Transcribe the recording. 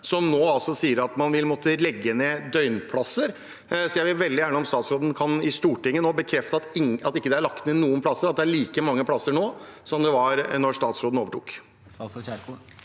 som nå sier at man vil måtte legge ned døgnplasser? Jeg vil veldig gjerne at statsråden i Stortinget nå bekrefter at det ikke er lagt ned noen plasser, og at det er like mange plasser nå som det var da statsråden overtok.